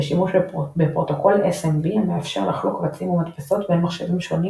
ושימוש בפרוטוקול SMB המאפשר לחלוק קבצים ומדפסות בין מחשבים שונים